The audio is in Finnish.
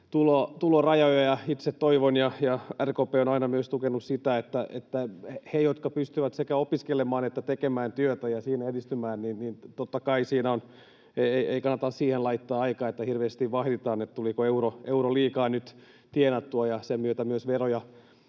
tulorajoja. Itse toivon ja RKP on aina myös tukenut sitä, että heidän osalta, jotka pystyvät sekä opiskelemaan että tekemään työtä ja siinä edistymään, totta kai ei kannata siihen laittaa aikaa, että hirveästi vahditaan, tuliko euro liikaa nyt tienattua ja sen myötä myös veroja